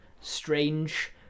strange